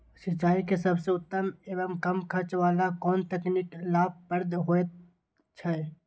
सिंचाई के सबसे उत्तम एवं कम खर्च वाला कोन तकनीक लाभप्रद होयत छै?